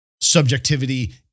subjectivity